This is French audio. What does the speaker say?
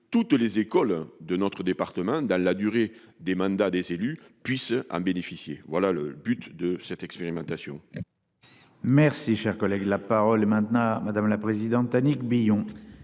toutes les écoles de notre département dans la durée des mandats des élus puissent en bénéficier. Voilà le but de cette expérimentation. Merci, cher collègue, la parole maintenant madame la présidente Annick Billon.